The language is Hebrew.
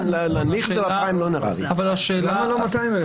למה לא 200,000?